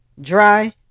dry